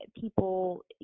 people